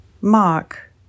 Mark